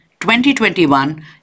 2021